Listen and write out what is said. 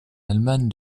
allemagne